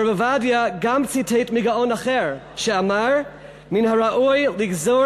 הרב עובדיה גם ציטט מגאון אחר שאמר: "מן הראוי לגזור